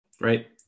Right